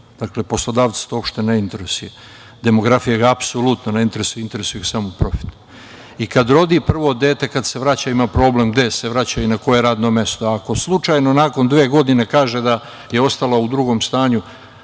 Poslodavce to uopšte ne interesuje. Demografija ih apsolutno ne interesuje. Interesuje ih samo profit. Kada rodi prvo dete, kada se vraća ima problem gde se vraća i na koje radno mesto. Ako slučajno nakon dve godine kaže da je ostala u drugom stanju,